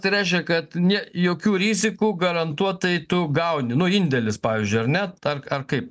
tai reiškia kad nė jokių rizikų garantuotai tu gauni nu indėlis pavyzdžiui ar ne tark ar kaip